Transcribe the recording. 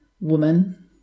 woman